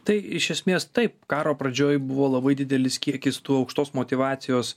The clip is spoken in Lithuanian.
tai iš esmės taip karo pradžioj buvo labai didelis kiekis tų aukštos motyvacijos